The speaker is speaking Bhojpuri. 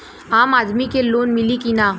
आम आदमी के लोन मिली कि ना?